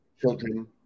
children